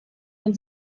man